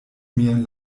mian